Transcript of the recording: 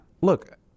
Look